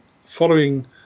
following